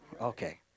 Okay